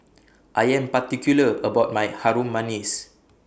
I Am particular about My Harum Manis